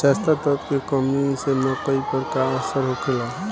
जस्ता तत्व के कमी से मकई पर का असर होखेला?